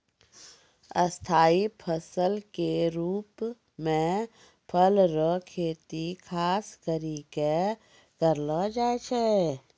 स्थाई फसल के रुप मे फल रो खेती खास करि कै करलो जाय छै